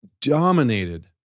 dominated